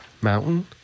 Mountain